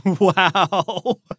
Wow